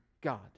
God